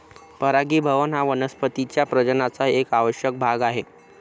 परागीभवन हा वनस्पतीं च्या प्रजननाचा एक आवश्यक भाग आहे